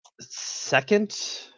second